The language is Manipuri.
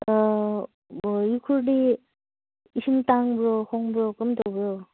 ꯎꯈ꯭ꯔꯨꯜꯗꯤ ꯏꯁꯤꯡ ꯇꯥꯡꯕ꯭ꯔꯣ ꯍꯣꯡꯕ꯭ꯔꯣ ꯀꯔꯝꯇꯧꯕ꯭ꯔꯣ